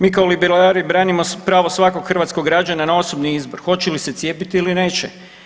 Mi kao liberali branimo pravo svakog hrvatskog građana na osobni izbor hoće li se cijepiti ili neće.